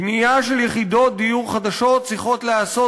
בנייה של יחידות דיור חדשות צריכה להיעשות